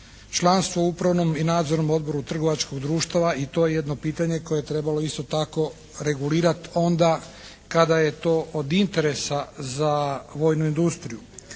članstvo u upravnom i nadzornom odboru trgovačkih društava. I to je jedno pitanje koje je trebalo isto tako regulirat onda kada je to od interesa za vojnu industriju.